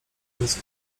słońce